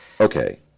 okay